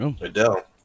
Adele